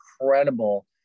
incredible